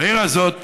העיר הזאת,